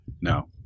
No